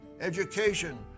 education